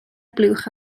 blwch